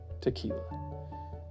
tequila